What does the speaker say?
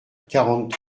quarante